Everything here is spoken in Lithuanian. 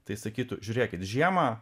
tai sakytų žiūrėkit žiemą